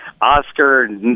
Oscar